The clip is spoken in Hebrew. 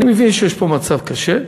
אני מבין שיש פה מצב קשה.